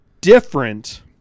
different